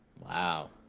Wow